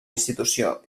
institució